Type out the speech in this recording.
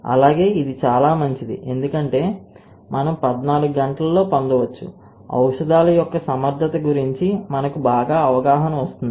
అలాగే ఇది చాలా మంచిది ఎందుకంటే మనం పద్నాలుగు గంటలు లో పొందవచ్చు ఔషధాల యొక్క సమర్థత గురించి మనకు బాగా అవగాహన వస్తుంది